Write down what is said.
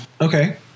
Okay